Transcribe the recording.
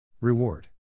Reward